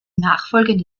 nachfolgende